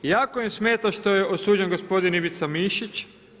Jako im smeta što je osuđen gospodin Ivica Mišić.